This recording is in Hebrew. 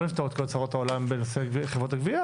לא נפתור את כל צרות העולם בנושא חברות הגבייה,